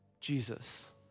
Jesus